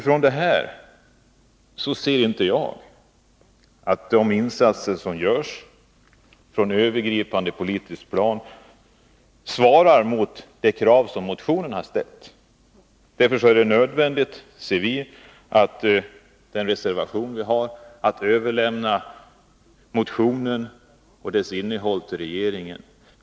Från dessa utgångspunkter anser jag att de insatser som görs på ett övergripande politiskt plan inte svarar mot de krav som motionen har ställt. Därför är det nödvändigt, anser vi i vår reservation, att överlämna motionen och dess innehåll till regeringen.